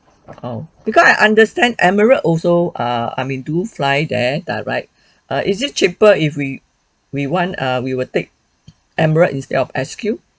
oh because I understand emirate also uh I mean do fly there direct err is it cheaper if we we want err we will take emirate instead of S_Q